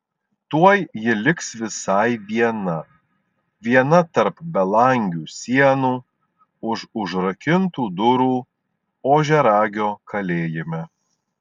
tuoj ji liks visai viena viena tarp belangių sienų už užrakintų durų ožiaragio kalėjime